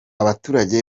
baturage